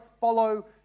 follow